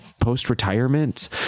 post-retirement